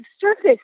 surface